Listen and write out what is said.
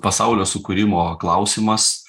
pasaulio sukūrimo klausimas